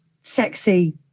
sexy